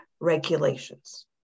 regulations